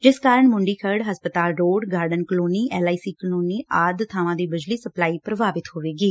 ਜਿਸ ਕਾਰਨ ਮੁੰਡੀ ਖਰੜ ਹਸਪਤਾਲ road garden colony L I C colony ਆਦਿ ਬਾਵਾਂ ਦੀ ਬਿਜਲੀ ਸਪਲਾਈ ਪੁਭਾਵਿਤ ਹੋਵੇਗੀ